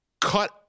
cut